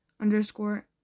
underscore